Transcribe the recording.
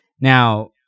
Now